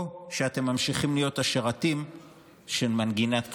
או שאתם ממשיכים להיות השרתים של מנגינת קפלן.